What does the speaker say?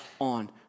on